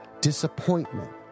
disappointment